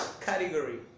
category